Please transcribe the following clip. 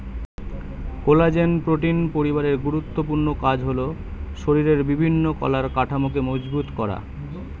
collagen protein পরিবারের গুরুত্বপূর্ণ কাজ হল শরিরের বিভিন্ন কলার কাঠামোকে মজবুত করা